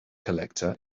collector